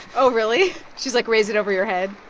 oh, really? she's like, raise it over your head?